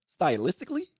stylistically